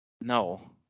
No